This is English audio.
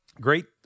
great